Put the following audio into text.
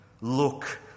Look